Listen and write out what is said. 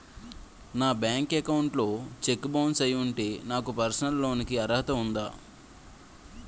నా bank account లో check bounce అయ్యి ఉంటే నాకు పర్సనల్ లోన్ కీ అర్హత ఉందా?